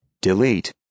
Delete